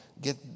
get